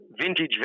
vintage